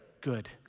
good